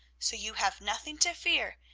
so you have nothing to fear,